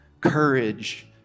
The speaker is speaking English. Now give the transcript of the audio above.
courage